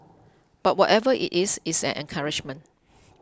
but whatever it is it's an encouragement